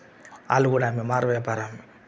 వాళ్ళు కూడా మారు వ్యాపారాలు